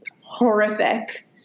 horrific